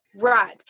Right